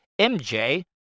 MJ